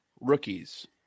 rookies